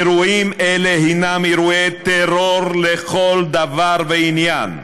אירועים אלה הם אירועי טרור לכל דבר ועניין.